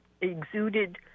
exuded